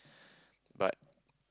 but